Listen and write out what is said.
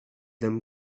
them